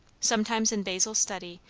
sometimes in basil's study,